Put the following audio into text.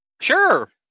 Sure